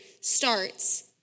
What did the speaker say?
starts